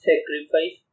Sacrifice